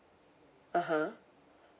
(uh huh)